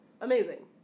amazing